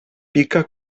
pica